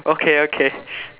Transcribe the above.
okay okay